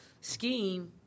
scheme